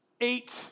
eight